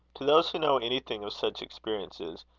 to those who know anything of such experiences,